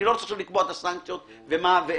אני לא רוצה עכשיו לקבוע את הסנקציות ומה ואיך.